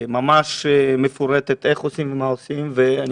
ממש מפורטת איך עושים ומה עושים ואני